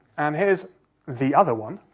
and here's the other one.